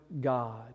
God